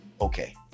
okay